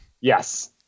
Yes